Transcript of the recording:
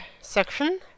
section